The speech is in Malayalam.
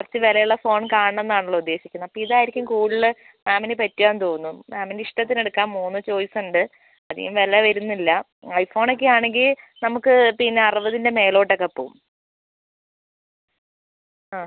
കുറച്ച് വിലയുള്ള ഫോൺ കാണണം എന്നാണല്ലോ ഉദ്ദേശിക്കുന്നത് അപ്പം ഇതായിരിക്കും കൂടുതൽ മാമിന് പറ്റുക എന്ന് തോന്നുന്നു മാമിൻ്റെ ഇഷ്ടത്തിന് എടുക്കാം മൂന്ന് ചോയ്സ് ഉണ്ട് അധികം വില വരുന്നില്ല ഐ ഫോൺ ഒക്കെ ആണെങ്കിൽ നമുക്ക് പിന്നെ അറുപതിൻ്റെ മേലോട്ടൊക്കെ പോവും ആ